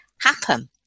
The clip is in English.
happen